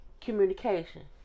communication